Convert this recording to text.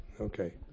Okay